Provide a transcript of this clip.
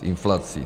S inflací.